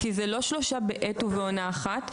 כי זה לא שלושה בעת ובעונה אחת,